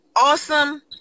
Awesome